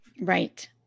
Right